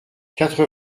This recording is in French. quatre